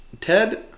TED